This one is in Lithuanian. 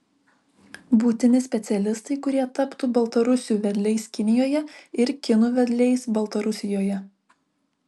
būtini specialistai kurie taptų baltarusių vedliais kinijoje ir kinų vedliais baltarusijoje